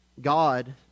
God